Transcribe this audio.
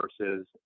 versus